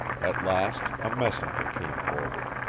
at last a messenger came forward.